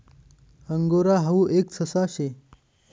angora हाऊ एक ससा शे